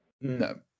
No